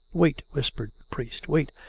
wait! whispered priest. wait,